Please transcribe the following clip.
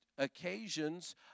occasions